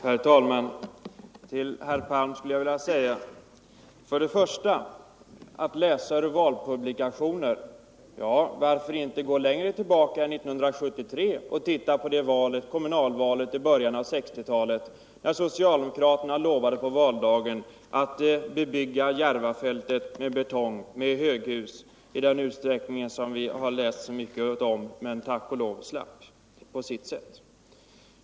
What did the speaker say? Herr talman! För det första vill jag säga till herr Palm, att om han skall läsa ur valpublikationer, varför då inte gå längre tillbaka än till 1973 och se på kommunalvalet i början på 1960-talet, där socialdemokraterna på valdagen lovade att bebygga Järvafältet med betong och höghus i den utsträckning som vi har läst så mycket om men som vi tack och lov har sluppit.